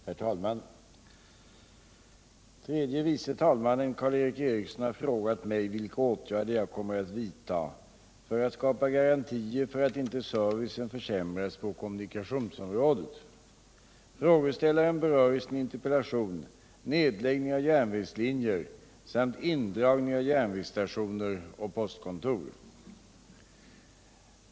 120, och anförde: Herr talman! Tredje vice talmannen Karl Erik Eriksson har frågat mig vilka åtgärder jag kommer att vidta för att skapa garantier för att inte servicen försämras på kommunikationsområdet. Frågeställaren berör i sin interpellation nedläggning av järnvägslinjer samt indragning av järnvägsstationer och postkontor.